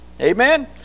amen